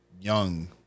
young